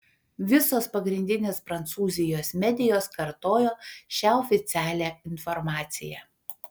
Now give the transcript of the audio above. visos pagrindinės prancūzijos medijos kartojo šią oficialią informaciją